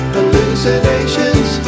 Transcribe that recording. Hallucinations